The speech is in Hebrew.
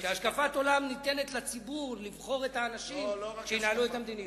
כי השקפת עולם ניתנת לציבור לבחור את האנשים שינהלו את המדיניות.